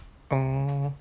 orh